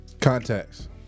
Contacts